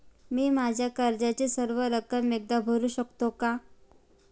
मी माझ्या कर्जाची सर्व रक्कम एकदा भरू शकतो का?